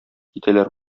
китәләр